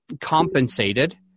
compensated